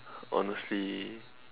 honestly